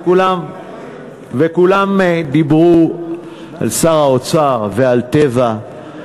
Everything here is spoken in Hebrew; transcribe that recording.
וכולם דיברו על שר האוצר ועל "טבע",